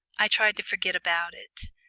i tried to forget about it,